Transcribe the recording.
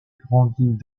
grandit